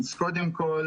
קודם כול,